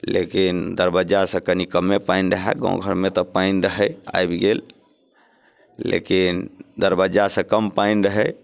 लेकिन दरबज्जासँ कनी कमे पानि रहए गाम घरमे तऽ पानि रहै आबि गेल लेकिन दरबज्जासँ कम पानि रहै